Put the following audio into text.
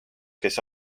kes